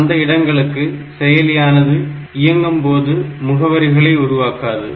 அந்த இடங்களுக்கு செயலியானது இயங்கும்போது முகவரிகளை உருவாக்காது